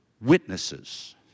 witnesses